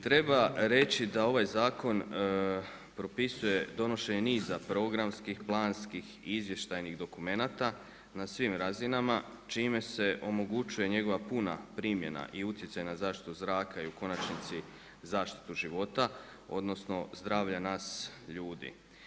Treba reći da ovaj zakon propisuje donošenje niza programskih, planskih i izvještajnih dokumenata na svim raznima čime se omogućuje njegova puna primjena i utjecaj na zaštitu zraka i u konačnici zaštitu života odnosno zdravlja nas ljudi.